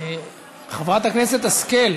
חברת הכנסת השכל,